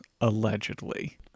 allegedly